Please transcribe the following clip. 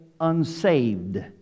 unsaved